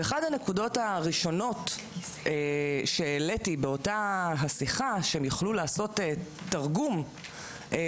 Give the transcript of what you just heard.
אחת הנקודות הראשונות שהעליתי באותה השיחה שהם יוכלו לעשות תרגום החוצה,